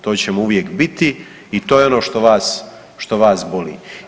To ćemo uvijek biti i to je ono što vas boli.